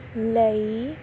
ਲਈ